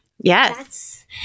Yes